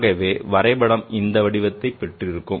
ஆகவே வரைபடம் இந்த வடிவத்தை பெற்றிருக்கும்